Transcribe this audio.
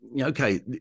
okay